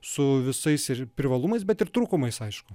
su visais ir privalumais bet ir trūkumais aišku